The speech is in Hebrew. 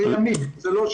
זה ימים, זה לא שבועות.